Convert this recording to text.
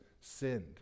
sinned